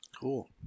cool